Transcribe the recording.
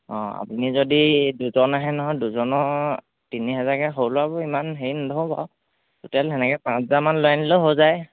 অঁ আপুনি যদি দুজন আহে নহয় দুজনৰ তিনি হাজাৰকৈ সৰু ল'ৰাবোৰ ইমান হেৰি নধৰো বাৰু টোটেল তেনেকৈ পাঁচ হাজাৰমান লৈ আনিলেও হৈ যায়